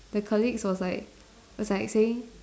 the colleagues was like was like saying